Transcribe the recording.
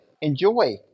enjoy